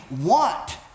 want